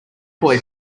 boy